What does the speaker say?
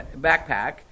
backpack